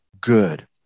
good